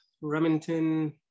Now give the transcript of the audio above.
Remington